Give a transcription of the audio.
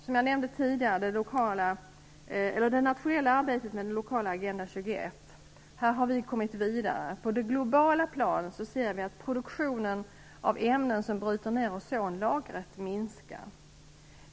Som jag nämnde tidigare har vi kommit vidare med det nationella arbetet med den lokala Agenda 21. På det globala planet ser vi att produktionen av ämnen som bryter ned ozonlagret minskar.